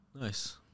Nice